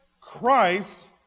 christ